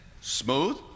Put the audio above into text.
smooth